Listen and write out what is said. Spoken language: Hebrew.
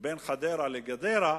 בין חדרה לגדרה,